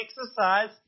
exercise